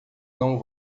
não